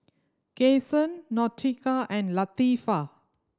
Cason Nautica and Latifah